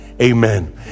Amen